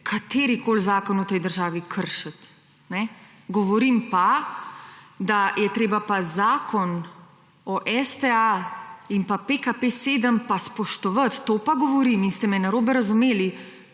katerikoli zakon v tej državi kršiti. Govorim pa, da pa je treba pa Zakon o STA in pa PKP7 pa spoštovati. To pa govorim. In ste me narobe razumeli,